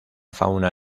fauna